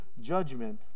judgment